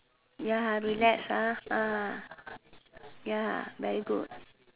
ya relax ya very good